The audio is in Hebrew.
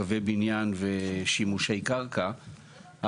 קווי בניין ושימושי קרקע,